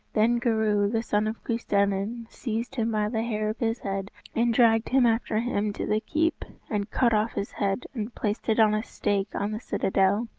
then goreu, the son of custennin, seized him by the hair of his head and dragged him after him to the keep, and cut off his head and placed it on a stake on the citadel.